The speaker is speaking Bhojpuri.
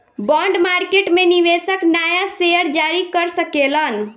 बॉन्ड मार्केट में निवेशक नाया शेयर जारी कर सकेलन